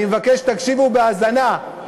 אני מבקש שתקשיבו בהאזנה,